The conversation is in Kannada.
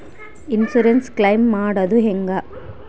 ಇನ್ಸುರೆನ್ಸ್ ಕ್ಲೈಮ್ ಮಾಡದು ಹೆಂಗೆ?